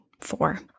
four